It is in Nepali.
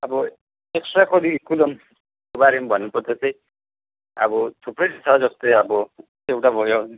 अब एक्सट्रा करिकुलमको बारेमा भन्नुपर्दा चाहिँ अब थुप्रै छ अब जस्तै एउटा भयो